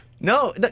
No